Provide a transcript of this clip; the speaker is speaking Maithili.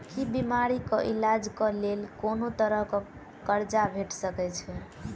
की बीमारी कऽ इलाज कऽ लेल कोनो तरह कऽ कर्जा भेट सकय छई?